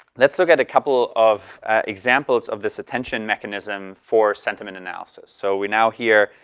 let's look at a couple of examples of this attention mechanism for sentiment analysis. so we now, here,